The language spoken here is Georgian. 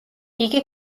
იგი